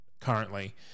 currently